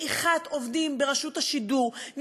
מעיכת עובדים ברשות השידור,